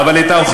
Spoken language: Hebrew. לא, אנחנו עשינו.